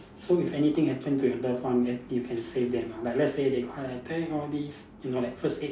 so if anything happen to your love one then you can save them ah like let's say they heart attack all this you know like first aid